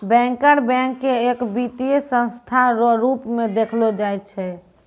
banker bank के एक वित्तीय संस्था रो रूप मे देखलो जाय छै